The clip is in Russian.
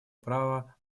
права